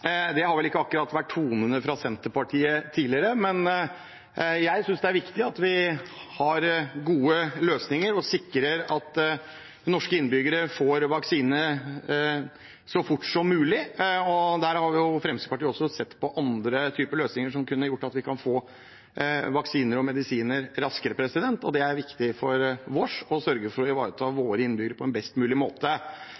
Det har vel ikke akkurat vært tonene fra Senterpartiet tidligere, men jeg synes det er viktig at vi har gode løsninger og sikrer at norske innbyggere får vaksine så fort som mulig. Fremskrittspartiet har også sett på andre typer løsninger som kunne gjort at vi fikk vaksiner og medisiner raskere, og det er viktig for oss å sørge for å ivareta